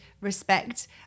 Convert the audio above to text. respect